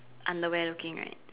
underwear looking right